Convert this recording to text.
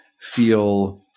feel